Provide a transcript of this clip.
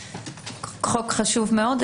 חוק חשוב מאוד.